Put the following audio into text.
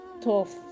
tough